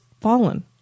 fallen